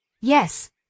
Yes